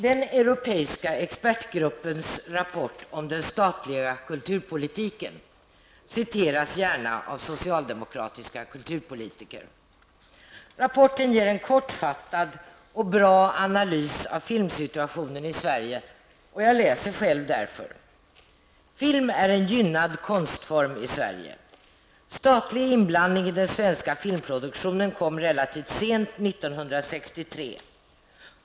Den europeiska expertgruppens rapport om den statliga kulturpolitiken citeras gärna av socialdemokratiska kulturpolitiker. Rapporten ger en kortfattad och bra analys av filmsituationen i Sverige, och jag läser själv därför: Film är en gynnad konstform i Sverige. Statlig inblandning i den svenska filmproduktionen kom relativt sent, 1963.